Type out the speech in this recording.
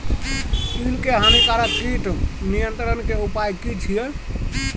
तिल के हानिकारक कीट नियंत्रण के उपाय की छिये?